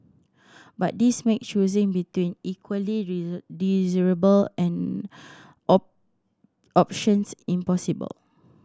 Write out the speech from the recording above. but this makes choosing between equally desirable and options impossible